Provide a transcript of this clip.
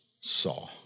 saw